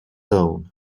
own